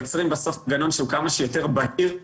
אז יוצרים בסוף מנגנון שהוא כמה שיותר בהיר,